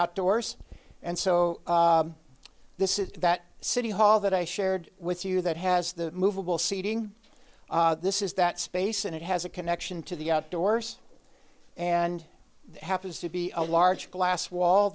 outdoors and so this is that city hall that i shared with you that has the movable seating this is that space and it has a connection to the outdoors and happens to be a large glass wall